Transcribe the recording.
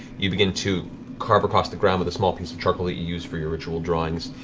you begin to carve across the ground with a small piece of charcoal that you use for your ritual drawings,